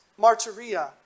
martyria